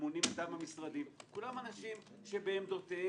הממונים מטעם המשרדים - כולם אנשים שבעמדותיהם,